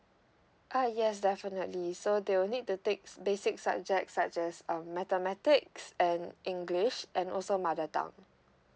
uh yes definitely so they will need to takes basic subjects such as um mathematics and english and also mother tounge